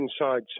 inside